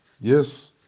Yes